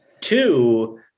Two